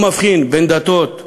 לא מבחין בין דתות,